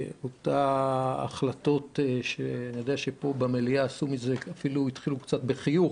אני חושב שפה במליאה אפילו התחילו קצת בחיוך,